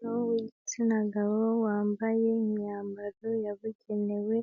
Umuntu w'igitsina gabo wambaye imyambaro yabugenewe